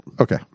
Okay